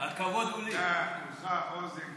די עסוקה, הכבוד הוא לי, אוזן קשבת.